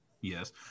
Yes